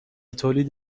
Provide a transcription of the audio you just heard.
تولید